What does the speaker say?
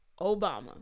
Obama